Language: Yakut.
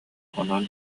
онон